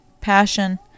passion